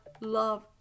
love